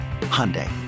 Hyundai